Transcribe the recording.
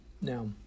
Now